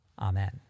Amen